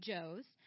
Joe's